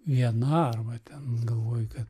viena arba ten galvoji kad